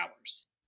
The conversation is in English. hours